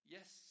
Yes